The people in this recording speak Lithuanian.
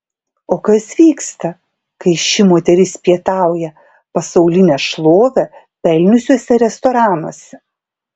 o kas vyksta kai ši moteris pietauja pasaulinę šlovę pelniusiuose restoranuose